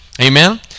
Amen